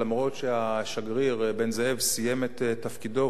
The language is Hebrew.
אף שהשגריר בן-זאב סיים את תפקידו,